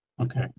Okay